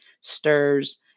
stirs